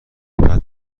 بعد